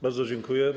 Bardzo dziękuję.